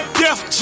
death